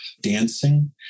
dancing